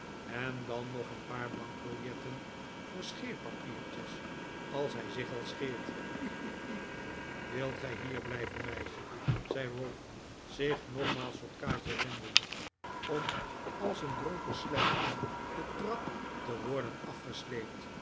en dan nog een paar bankbiljetten voor scheerpapiertjes als hij zich al scheert hi hi hi wilt gij hier blijven meisje zei ralph zich nogmaals tot kaatje wendend om als een dronken slet de trap te worden afgesleept